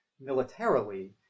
militarily